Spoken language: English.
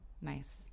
Nice